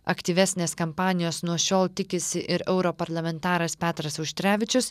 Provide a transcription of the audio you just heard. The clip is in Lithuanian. aktyvesnės kampanijos nuo šiol tikisi ir europarlamentaras petras auštrevičius